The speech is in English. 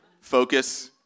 Focus